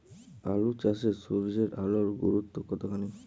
আলু চাষে সূর্যের আলোর গুরুত্ব কতখানি?